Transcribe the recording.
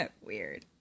Weird